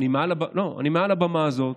אני מעל הבמה הזאת,